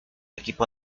equipo